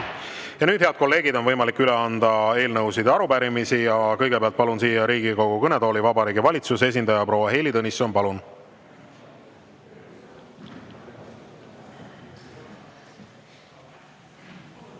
head kolleegid, on võimalik üle anda eelnõusid ja arupärimisi. Kõigepealt palun siia Riigikogu kõnetooli Vabariigi Valitsuse esindaja proua Heili Tõnissoni. Palun!